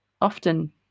often